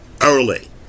early